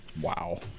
Wow